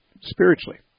spiritually